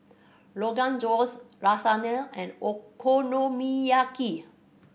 Rogan Josh Lasagne and Okonomiyaki